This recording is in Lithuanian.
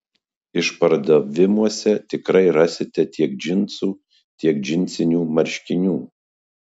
išpardavimuose tikrai rasite tiek džinsų tiek džinsinių marškinių